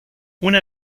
una